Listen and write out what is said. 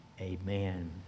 Amen